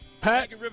Pat